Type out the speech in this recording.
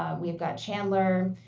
we've got chandler,